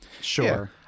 Sure